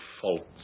faults